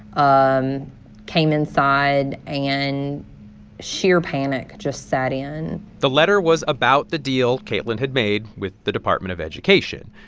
um came inside. and sheer panic just set in the letter was about the deal kaitlyn had made with the department of education.